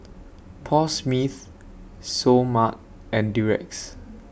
Paul Smith Seoul Mart and Durex